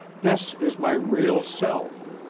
this is my real self.